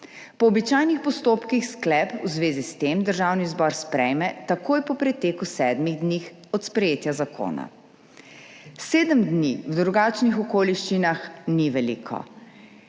Po običajnih postopkih sklep v zvezi s tem Državni zbor sprejme takoj po preteku sedmih dni od sprejetja zakona. Sedem dni v drugačnih okoliščinah ni veliko,